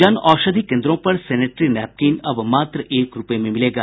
जनऔषधि केन्द्रों पर sanitary napkin अब मात्र एक रूपये में मिलेगा